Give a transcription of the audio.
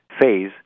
phase